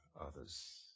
others